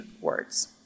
words